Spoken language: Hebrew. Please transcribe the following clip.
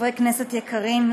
חברי כנסת יקרים,